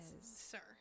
sir